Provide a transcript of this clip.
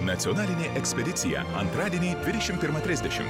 nacionalinė ekspedicija antradienį dvidešimt pirmą trisdešimt